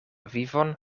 vivon